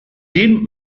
jim